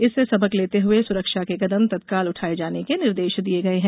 इससे सबक लेते हुए सुरक्षा के कदम तत्काल उठाये जाने के निर्देश दिये गये हैं